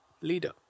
leader